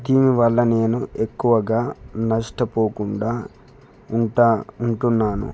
దీని వల్ల నేను ఎక్కువగా నష్టపోకుండా ఉంటా ఉంటున్నాను